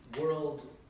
world